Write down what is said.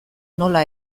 nola